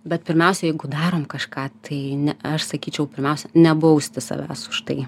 bet pirmiausia jeigu darom kažką tai ne aš sakyčiau pirmiausia nebausti savęs už tai